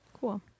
cool